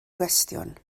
gwestiwn